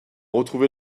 retrouver